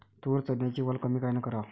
तूर, चन्याची वल कमी कायनं कराव?